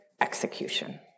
execution